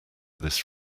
this